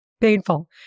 painful